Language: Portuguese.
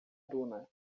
duna